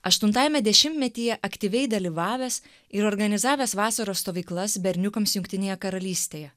aštuntajame dešimtmetyje aktyviai dalyvavęs ir organizavęs vasaros stovyklas berniukams jungtinėje karalystėje